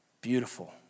Beautiful